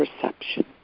perception